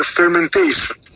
fermentation